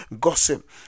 gossip